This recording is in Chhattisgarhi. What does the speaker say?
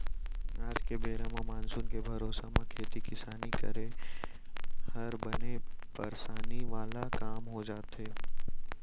आज के बेरा म मानसून के भरोसा म खेती किसानी करे हर बने परसानी वाला काम हो जाथे